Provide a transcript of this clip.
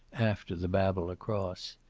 after the babble across.